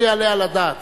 לא יעלה על הדעת.